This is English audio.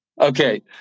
Okay